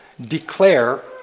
declare